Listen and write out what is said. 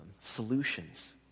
solutions